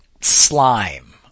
slime